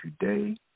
today